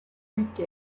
week